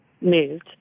moved